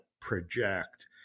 project